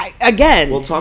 again